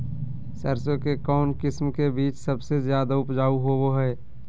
सरसों के कौन किस्म के बीच सबसे ज्यादा उपजाऊ होबो हय?